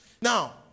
Now